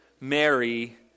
Mary